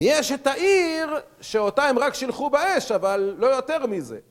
יש את העיר שאותה הם רק שילחו באש, אבל לא יותר מזה.